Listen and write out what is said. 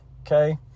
Okay